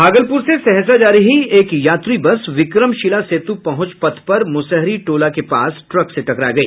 भागलपुर से सहरसा जा रही एक यात्री बस विक्रमशिला सेतु पहुंच पथ पर मुसहरी टोला के पास ट्रक से टकरा गई